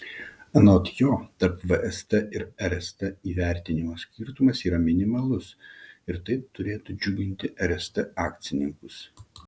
anot jo tarp vst ir rst įvertinimo skirtumas yra minimalus ir tai turėtų džiuginti rst akcininkus